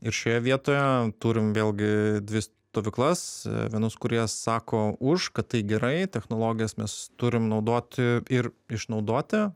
ir šioje vietoje turim vėlgi dvi stovyklas vienus kurie sako už kad tai gerai technologijas mes turim naudoti ir išnaudoti